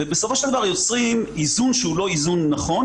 ובסופו של דבר יוצרים איזון שהוא לא נכון.